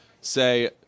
say